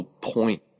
point